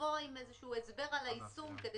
לבוא עם איזשהו הסבר על היישום כדי